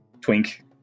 Twink